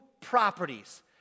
properties